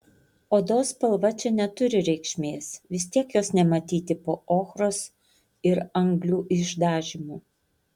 odos spalva čia neturi reikšmės vis tiek jos nematyti po ochros ir anglių išdažymu